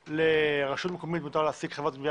או לרשות מקומית מותר להעסיק חברת גבייה,